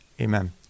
Amen